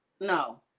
no